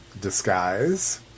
disguise